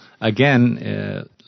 again